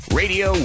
radio